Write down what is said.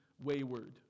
wayward